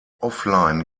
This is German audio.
offline